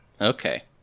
Okay